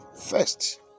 first